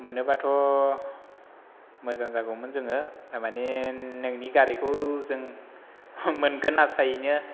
मोनोबाथ' मोजां जागौमोन जोङो मानि नोंनि गारिखौ जों मोनगोन आसायैनो